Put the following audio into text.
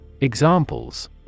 Examples